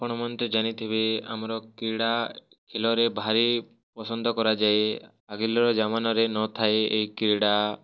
ଆପଣମାନେ ତ ଜାନିଥିବେ ଆମର କ୍ରୀଡ଼ା ଖେଲରେ ଭାରି ପସନ୍ଦ କରାଯାଏ ଆଗେଲର ଜମାନାରେ ନଥାଏ ଏଇ କ୍ରୀଡ଼ା